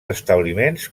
establiments